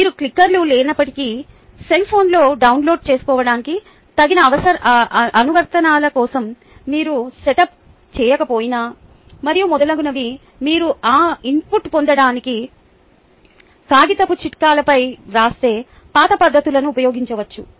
మీకు క్లిక్కర్లు లేనప్పటికీ సెల్ఫోన్లలో డౌన్లోడ్ చేసుకోవడానికి తగిన అనువర్తనాల కోసం మీరు సెటప్ చేయకపోయినా మరియు మొదలగునవి మీరు ఆ ఇన్పుట్ పొందడానికి కాగితపు చిట్కాలపై వ్రాసే పాత పద్ధతులను ఉపయోగించవచ్చు